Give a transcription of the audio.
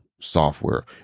software